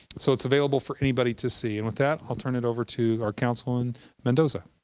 so it's available for anybody to see. and with that, i'll turn it over to our councilwoman mendoza.